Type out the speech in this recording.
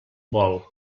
vol